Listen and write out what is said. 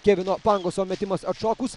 kevino pangoso metimas atšokus